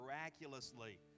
miraculously